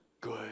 good